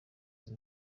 izi